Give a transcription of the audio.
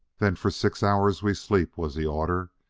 then for six hours we sleep, was the order.